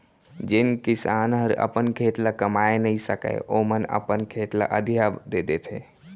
जेन किसान हर अपन खेत ल कमाए नइ सकय ओमन अपन खेत ल अधिया दे देथे